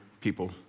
people